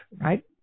right